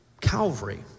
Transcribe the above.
Calvary